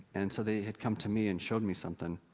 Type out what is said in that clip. and so they had come to me, and showed me something.